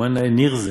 ומה נאה ניר זה,